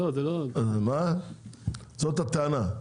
זאת הטענה.